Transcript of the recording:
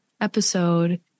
episode